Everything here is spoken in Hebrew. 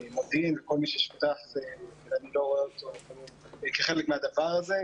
וכל מי ששותף ואני לא רואה כחלק מהדבר הזה.